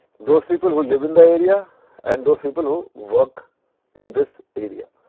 those people who live in the area and those people who work in this area.